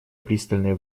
пристальное